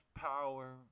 power